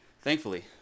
thankfully